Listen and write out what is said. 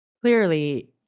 Clearly